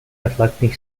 atlantic